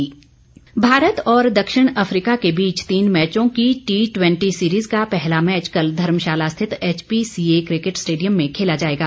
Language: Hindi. क्रिकेट भारत और दक्षिण अफ्रीका के बीच तीन मैचों की टी ट्वेंटी सीरीज का पहला मैच कल धर्मशाला स्थित एचपीसीए क्रिकेट स्टेडियम में खेला जाएगा